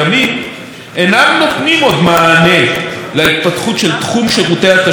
אינם נותנים עוד מענה להתפתחות של תחום שירותי התשלום בישראל.